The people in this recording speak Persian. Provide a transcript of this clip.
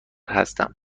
هستم